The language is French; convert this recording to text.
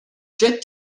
jet